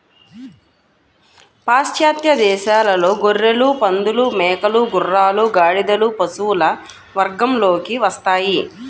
పాశ్చాత్య దేశాలలో గొర్రెలు, పందులు, మేకలు, గుర్రాలు, గాడిదలు పశువుల వర్గంలోకి వస్తాయి